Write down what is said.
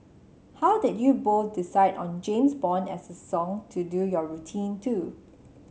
how did you both decide on James Bond as a song to do your routine to